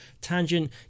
tangent